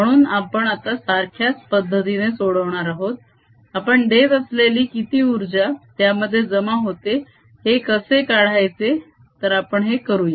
म्हणून आपण आता सारख्याच पद्धतीने सोडवणार आहोत आपण देत असलेली किती उर्जा त्यामध्ये जमा होते हे कसे काढायचे तर आपण हे करूया